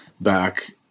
back